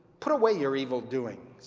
put away your evil doings.